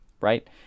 right